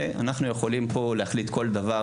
אנחנו יכולים פה להחליט כל דבר,